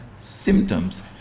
symptoms